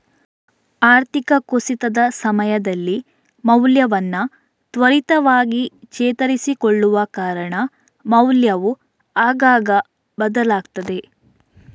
ಆರ್ಥಿಕ ಕುಸಿತದ ಸಮಯದಲ್ಲಿ ಮೌಲ್ಯವನ್ನ ತ್ವರಿತವಾಗಿ ಚೇತರಿಸಿಕೊಳ್ಳುವ ಕಾರಣ ಮೌಲ್ಯವು ಆಗಾಗ ಬದಲಾಗ್ತದೆ